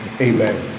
Amen